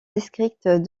district